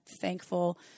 thankful